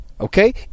Okay